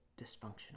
dysfunctional